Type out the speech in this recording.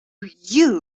you